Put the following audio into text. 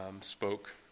spoke